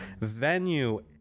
venue